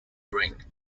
bring